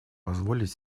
позволить